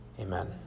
Amen